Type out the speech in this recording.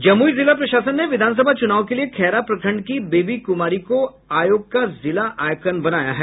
जमुई जिला प्रशासन ने विधानसभा चूनाव के लिये खैरा प्रखंड की बेबी कुमारी को चुनाव आयोग का जिला आयकन बनाया है